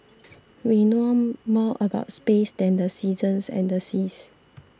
we know more about space than the seasons and the seas